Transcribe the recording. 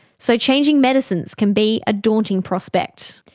so changing medicines can be a daunting prospect.